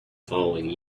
following